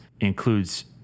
includes